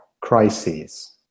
crises